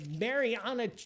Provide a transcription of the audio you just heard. Mariana